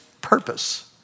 purpose